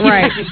Right